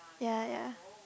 ya ya